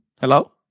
Hello